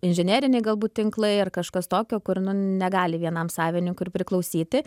inžineriniai galbūt tinklai ar kažkas tokio kur nu negali vienam savininkui ir priklausyti